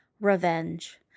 Revenge